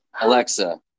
Alexa